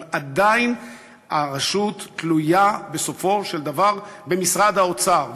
אבל עדיין הרשות תלויה בסופו של דבר במשרד האוצר,